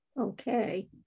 okay